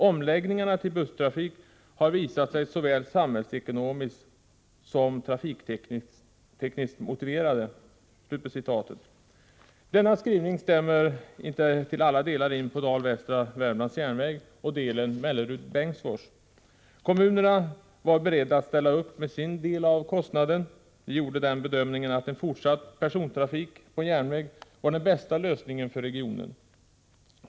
Omläggningarna till busstrafik har visat sig såväl samhällsekonomiskt som trafiktekniskt motiverade.” Denna skrivning stämmer inte till alla delar in på Dal Västra Värmlands järnväg och delen Mellerud-Bengtsfors. Kommunerna var beredda att ställa upp med sin del av kostnaden. De gjorde den bedömningen att en fortsatt persontrafik på järnväg var den bästa lösningen för regionen.